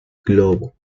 globo